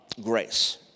grace